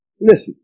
listen